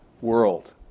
world